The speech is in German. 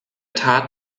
tat